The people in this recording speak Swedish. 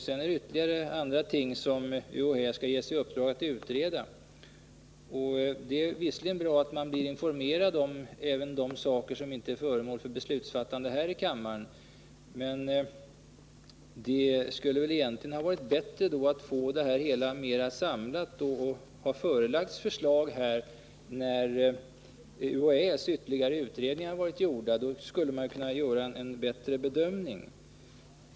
Så är det ytterligare ting som UHÄ skall ges i uppdrag att utreda. Det är visserligen bra att man blir informerad även om saker som inte är föremål för beslutsfattande här i kammaren. Men det skulle väl egentligen ha varit bättre att vi fått det hela mera samlat och förelagts förslag när UHÄ:s ytterligare utredningar varit gjorda. Då skulle vi ha kunnat göra en bättre bedömning.